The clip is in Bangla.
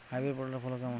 হাইব্রিড পটলের ফলন কেমন?